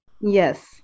Yes